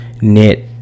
knit